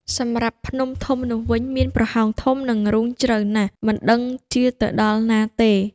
សម្រាប់ភ្នំធំនោះវិញមានប្រហោងធំ និងរូងជ្រៅណាស់ មិនដឹងជាទៅដល់ណាទេ។